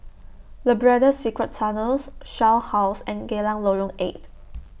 Labrador Secret Tunnels Shell House and Geylang Lorong eight